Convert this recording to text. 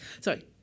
sorry